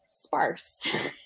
sparse